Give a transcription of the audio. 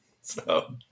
So-